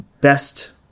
best